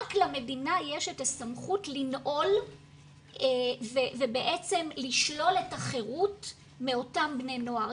למדינה יש את הסמכות לנעול ובעצם לשלול את החירות מאותם בני נוער.